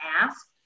ask